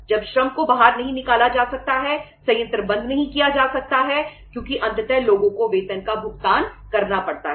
जब श्रम को बाहर नहीं निकाला जा सकता है संयंत्र बंद नहीं किया जा सकता है क्योंकि अंततः लोगों को वेतन का भुगतान करना पड़ता है